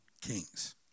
kings